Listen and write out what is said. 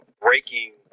breaking